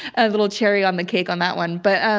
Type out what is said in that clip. a little cherry on the cake on that one. but um,